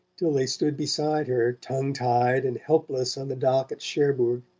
till they stood beside her tongue-tied and helpless on the dock at cherbourg,